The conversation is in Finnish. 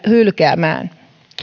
hylkäämään